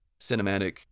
cinematic